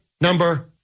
number